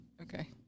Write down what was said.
Okay